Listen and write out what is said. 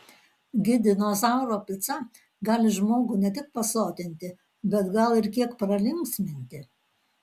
gi dinozauro pica gali žmogų ne tik pasotinti bet gal ir kiek pralinksminti